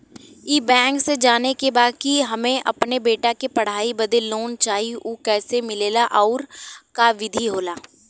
ई बैंक से जाने के बा की हमे अपने बेटा के पढ़ाई बदे लोन चाही ऊ कैसे मिलेला और का विधि होला?